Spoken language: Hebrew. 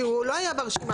כי הוא לא היה ברשימה.